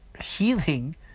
healing